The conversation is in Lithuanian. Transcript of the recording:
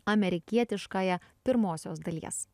amerikietiškąja pirmosios dalies